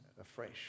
afresh